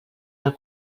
del